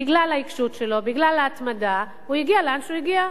בגלל העיקשות שלו, בגלל ההתמדה, הגיע לאן שהגיע.